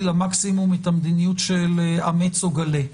למקסימום את המקסימום של אמץ וגלה,